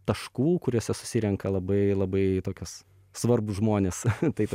taškų kuriuose susirenka labai labai tokios svarbūs žmonės taip